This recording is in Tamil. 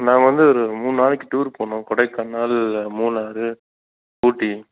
நாங்கள் வந்து ஒரு மூணு நாளைக்கு டூர் போகணும் கொடைக்கானல் மூணாறு ஊட்டி